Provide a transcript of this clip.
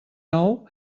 nou